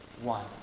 one